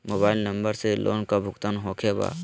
Mobile number से loan का भुगतान होखे बा?